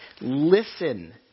Listen